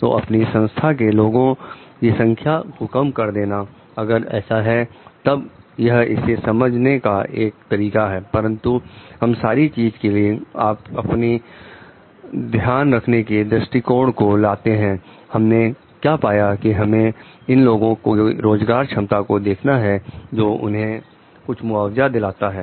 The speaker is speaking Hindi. तो अपनी संस्था में लोगों की संख्या को कम कर देना अगर ऐसा है तब यह इसे समझने का एक तरीका है परंतु हम सारी चीज के लिए अपनी ध्यान रखने के दृष्टिकोण को लाते हैं हमने क्या पाया कि हमें इन लोगों की रोजगार क्षमता को देखना है जो उन्हें कुछ मुआवजा दिलाता है